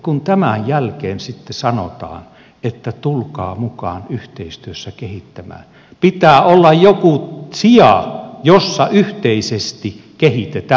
kun tämän jälkeen sitten sanotaan että tulkaa mukaan yhteistyössä kehittämään pitää olla joku sija jossa yhteisesti kehitetään